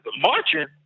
marching